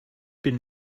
bin